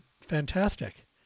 fantastic